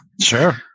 Sure